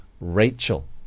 Rachel